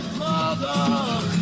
mother